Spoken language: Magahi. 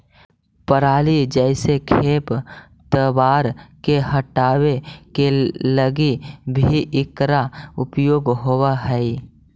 पराली जईसे खेप तवार के हटावे के लगी भी इकरा उपयोग होवऽ हई